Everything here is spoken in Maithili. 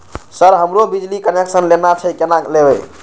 सर हमरो बिजली कनेक्सन लेना छे केना लेबे?